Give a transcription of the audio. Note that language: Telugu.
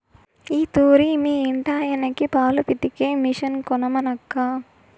ఈ తూరి మీ ఇంటాయనకి పాలు పితికే మిషన్ కొనమనక్కా